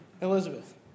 Elizabeth